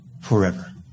forever